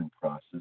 process